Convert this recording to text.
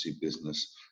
business